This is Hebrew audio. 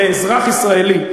לאזרח ישראלי,